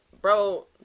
Bro